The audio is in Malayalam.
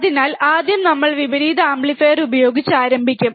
അതിനാൽ ആദ്യം നമ്മൾ വിപരീത ആംപ്ലിഫയർ ഉപയോഗിച്ച് ആരംഭിക്കും